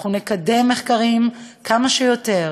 נקדם כמה שיותר